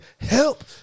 Help